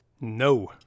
No